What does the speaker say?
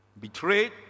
betrayed